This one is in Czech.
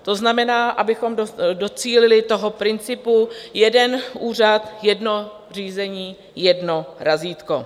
To znamená, abychom docílili toho principu jeden úřad, jedno řízení, jedno razítko.